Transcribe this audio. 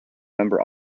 number